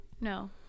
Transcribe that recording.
No